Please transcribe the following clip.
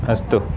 अस्तु